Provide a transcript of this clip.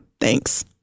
Thanks